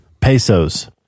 pesos